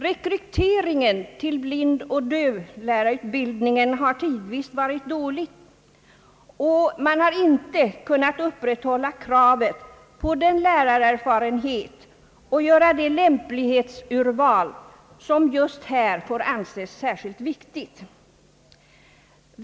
Rekryteringen till blindoch dövlärarundervisningen har tidvis varit dålig, och man har inte kunnat upprätthålla kravet på den lärarerfarenhet och göra det lämplighetsurval som just här får anses särskilt viktigt.